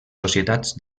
societats